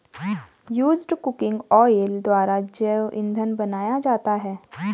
used cooking oil द्वारा जैव इंधन बनाया जाता है